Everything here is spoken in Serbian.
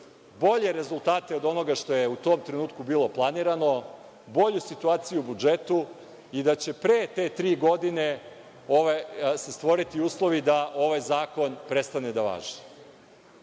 bolje rezultate od onoga što je u tom trenutku bilo planirano, bolju situaciju u budžetu i da će pre te tri godine se stvoriti uslovi da ovaj zakon prestane da važi. Evo,